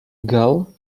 gull